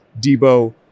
Debo